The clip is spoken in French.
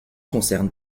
concerne